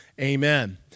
amen